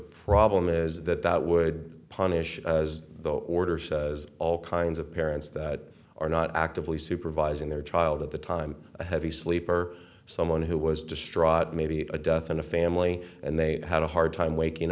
problem is that that would punish the order says all kinds of parents that are not actively supervising their child at the time a heavy sleeper someone who was distraught maybe a death in a family and they had a hard time waking